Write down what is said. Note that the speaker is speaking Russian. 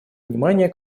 внимание